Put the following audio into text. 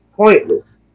Pointless